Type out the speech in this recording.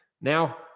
Now